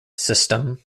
system